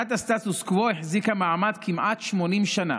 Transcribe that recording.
אמנת הסטטוס קוו החזיקה מעמד כמעט 80 שנה,